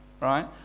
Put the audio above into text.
right